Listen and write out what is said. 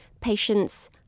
patients